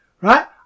right